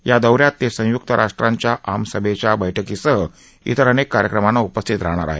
या दौ यात ते संयुक्त राष्ट्रांच्या आमसभेच्या बैठकीसह इतर अनेक कार्यक्रमांना उपस्थित राहणार आहेत